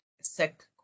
sick